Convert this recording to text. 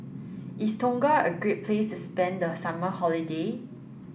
is Tonga a great place spend the summer holiday